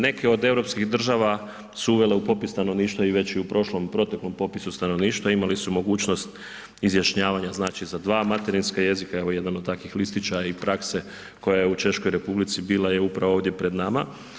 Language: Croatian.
Neke od europskih država su uvele u popis stanovništva i već u prošlom, proteklom popisu stanovništva imali su mogućnost izjašnjavanja znači za 2 materinska jezika evo jedan od takvih listića i prakse koja je u Češkoj Republici bila je upravo ovdje pred nama.